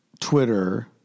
Twitter